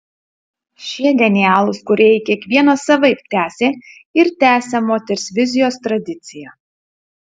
šie genialūs kūrėjai kiekvienas savaip tęsė ir tęsia moters vizijos tradiciją